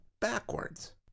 backwards